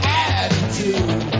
attitude